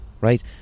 right